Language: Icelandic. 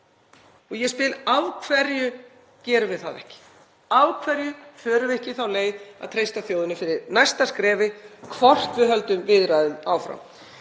og ég spyr: Af hverju gerum við það ekki? Af hverju förum við ekki þá leið að treysta þjóðinni fyrir næsta skrefi, hvort við höldum viðræðunum áfram?